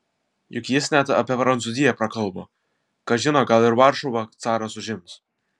juk jis net apie prancūziją prakalbo kas žino gal ir varšuvą caras užims